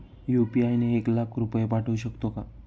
UPI ने एक लाख रुपये पाठवू शकतो का?